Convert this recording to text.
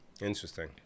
Interesting